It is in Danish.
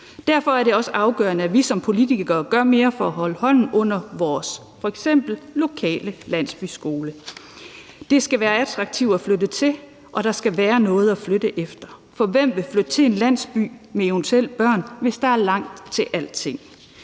Derfor er det også afgørende, at vi som politikere gør mere for at holde hånden under f.eks. vores lokale landsbyskoler. Det skal være attraktivt at flytte til områderne, og der skal være noget at flytte efter. For hvem med børn vil f.eks. flytte til en landsby, hvis der er lang vej til alting?